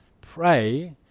pray